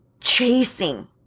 chasing